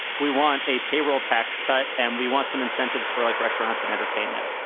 we want a payroll tax cut. and we want some incentives for like restaurants and entertainment.